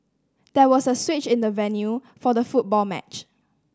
there was a switch in the venue for the football match